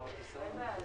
התשפ"א-2020.